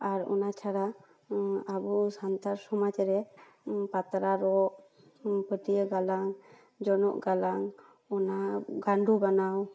ᱟᱨ ᱚᱱᱟ ᱪᱷᱟᱲᱟ ᱟᱵᱚ ᱥᱟᱱᱛᱟᱲ ᱥᱚᱢᱟᱡᱽ ᱨᱮ ᱯᱟᱛᱲᱟ ᱨᱚᱜ ᱯᱟᱹᱴᱭᱟᱹ ᱜᱟᱞᱟᱝ ᱡᱚᱱᱚᱜ ᱜᱟᱞᱟᱝ ᱚᱱᱟ ᱜᱟᱸᱰᱚ ᱵᱟᱱᱟᱣ